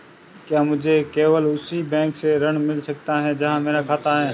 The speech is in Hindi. क्या मुझे केवल उसी बैंक से ऋण मिल सकता है जहां मेरा खाता है?